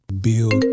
build